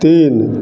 तीन